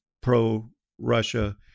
pro-Russia –